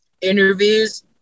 interviews